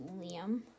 Liam